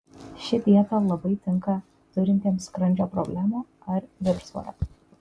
ši dieta labai tinka turintiems skrandžio problemų ar viršsvorio